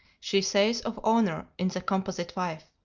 she says of honor, in the composite wife.